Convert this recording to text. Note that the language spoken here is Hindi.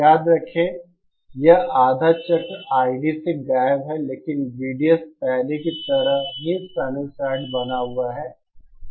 याद रखें कि यह आधा चक्र ID से गायब है लेकिन VDS पहले की तरह ही साइनसाइड बना हुआ है